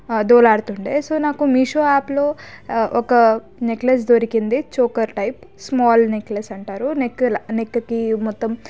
దోగులాడుతుండే so నాకు మీషో యాప్లో ఒక నెక్లెస్ దొరికింది చుక్కల టైప్ స్మాల్ నెక్లెస్ అంటారు నెక్ నెక్కి మొత్తం